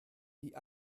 die